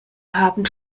haben